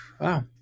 Wow